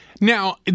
now